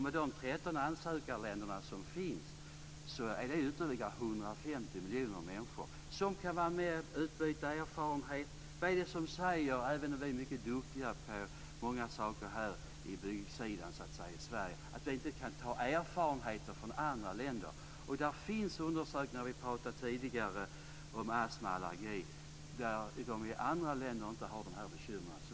Med de 13 ansökarländer som finns är det ytterligare 150 miljoner människor som kan vara med och utbyta erfarenheter. Vad är det som säger att vi inte på byggsidan i Sverige, även om vi är duktiga på många saker, kan lära oss av erfarenheter från andra länder? Det finns, som vi tidigare pratat om, undersökningar om astma och allergi där man i andra länder inte har de här bekymren.